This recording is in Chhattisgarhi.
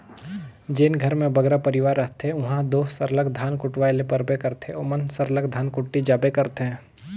जेन घर में बगरा परिवार रहथें उहां दो सरलग धान कुटवाए ले परबे करथे ओमन सरलग धनकुट्टी जाबे करथे